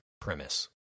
premise